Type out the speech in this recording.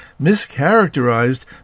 mischaracterized